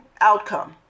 Outcome